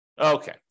Okay